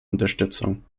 unterstützung